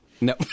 No